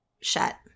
shut